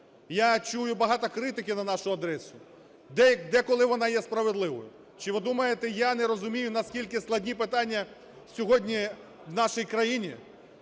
Я чую багато критики на нашу адресу. Деколи вона є справедливою. Чи ви думаєте, я не розумію, наскільки складні питання сьогодні в нашій країні?